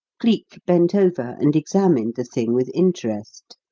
cleek bent over and examined the thing with interest.